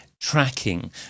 tracking